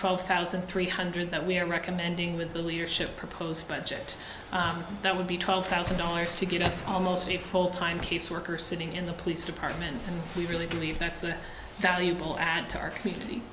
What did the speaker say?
twelve thousand three hundred that we are recommending with the leadership proposed budget that would be twelve thousand dollars to get us almost a full time caseworker sitting in the police department and we really believe that's a valuable asset to our community